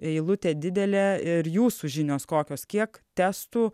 eilutė didelė ir jūsų žinios kokios kiek testų